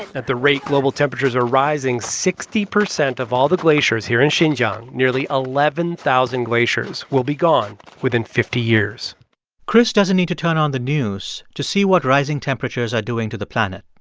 at the rate global temperatures are rising, sixty percent of all the glaciers here in xinjiang nearly eleven thousand glaciers will be gone within fifty years chris doesn't need to turn on the news to see what rising temperatures are doing to the planet.